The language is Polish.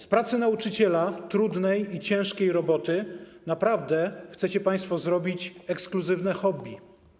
Z pracy nauczyciela, trudnej i ciężkiej roboty, naprawdę chcecie państwo zrobić ekskluzywne hobby.